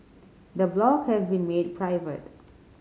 the blog has been made private